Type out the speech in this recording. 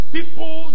People